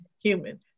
human